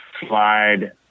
slide